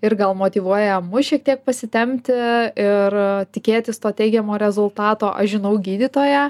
ir gal motyvuoja mus šiek tiek pasitempti ir tikėtis to teigiamo rezultato aš žinau gydytoją